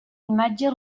imatge